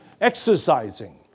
exercising